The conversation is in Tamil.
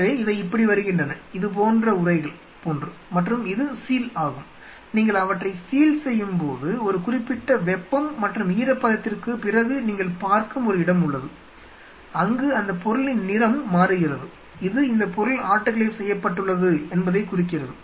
எனவே இவை இப்படி வருகின்றன இதுபோன்ற உறைகள் போன்று மற்றும் இது சீல் ஆகும் நீங்கள் அவற்றை சீல் செய்யும் போது ஒரு குறிப்பிட்ட வெப்பம் மற்றும் ஈரப்பதத்திற்குப் பிறகு நீங்கள் பார்க்கும் ஒரு இடம் உள்ளது அங்கு அந்த பொருளின் நிறம் மாறுகிறது இது இந்த பொருள் ஆட்டோகிளேவ் செய்யப்பட்டுள்ளது என்பதைக் குறிக்கிறது